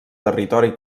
territori